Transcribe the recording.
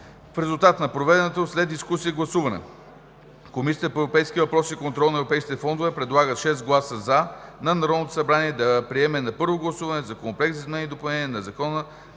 В резултат на проведеното след дискусията гласуване Комисията по европейските въпроси и контрол на европейските фондове предлага с 6 гласа „за“ на Народното събрание да приеме на първо гласуване Законопроект за изменение и допълнение на Закона